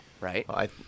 right